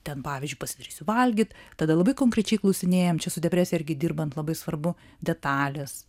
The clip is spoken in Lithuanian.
ten pavyzdžiui pasidarysiu valgyt tada labai konkrečiai klausinėjam čia su depresija irgi dirbant labai svarbu detalės